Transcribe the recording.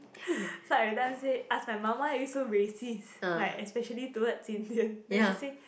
so every time say ask my mum why are you so racist like especially towards Indian then she say